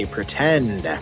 Pretend